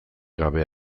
gabe